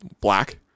black